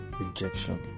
rejection